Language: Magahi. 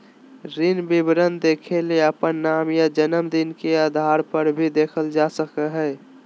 ऋण विवरण देखेले अपन नाम या जनम दिन के आधारपर भी देखल जा सकलय हें